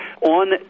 on